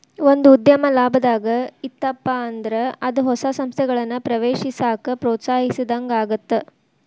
ಒಂದ ಉದ್ಯಮ ಲಾಭದಾಗ್ ಇತ್ತಪ ಅಂದ್ರ ಅದ ಹೊಸ ಸಂಸ್ಥೆಗಳನ್ನ ಪ್ರವೇಶಿಸಾಕ ಪ್ರೋತ್ಸಾಹಿಸಿದಂಗಾಗತ್ತ